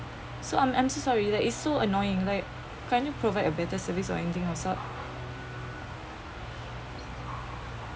so I'm I'm so sorry that is so annoying like can you provide a better service or anything or sort